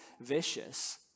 vicious